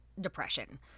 depression